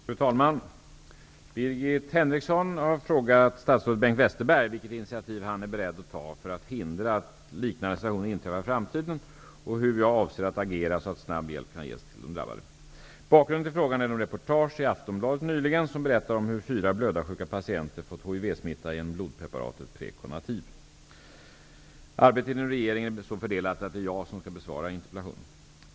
Fru talman! Birgit Henriksson har frågat statsrådet Bengt Westerberg vilket initiativ han är beredd att ta för att hindra att liknande situationer inträffar i framtiden och hur jag avser att agera så att snabb hjälp kan ges till de drabbade. Bakgrunden till frågan är de reportage i Aftonbladet nyligen som berättar om hur fyra blödarsjuka patienter fått hivsmitta genom blodpreparatet Preconativ. Arbetet inom regeringen är så fördelat att det är jag som skall besvara interpellationen.